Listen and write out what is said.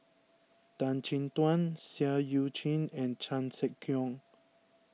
Tan Chin Tuan Seah Eu Chin and Chan Sek Keong